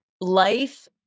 life